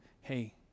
hey